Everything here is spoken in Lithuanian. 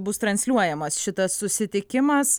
bus transliuojamas šitas susitikimas